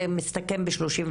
זה מסתכם ב-39,